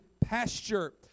pasture